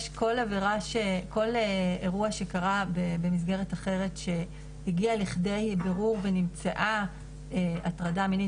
כל אירוע שקרה במסגרת אחרת שהגיע לכדי בירור ונמצאה הטרדה מינית